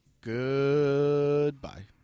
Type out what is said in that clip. Goodbye